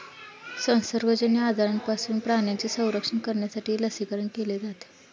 संसर्गजन्य आजारांपासून प्राण्यांचे संरक्षण करण्यासाठीही लसीकरण केले जाते